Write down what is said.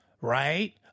right